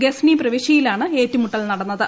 ഗസ്നി പ്രവിശ്യയിലാണ് ഏറ്റുമുട്ടൽ നടന്നത്